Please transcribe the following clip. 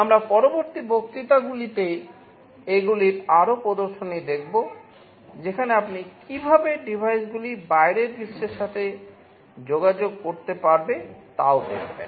আমরা পরবর্তী বক্তৃতাগুলিতে এগুলির আরও প্রদর্শনী দেখব যেখানে আপনি কীভাবে ডিভাইসগুলি বাইরের বিশ্বের সাথে যোগাযোগ করতে পারবে তাও দেখবেন